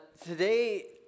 Today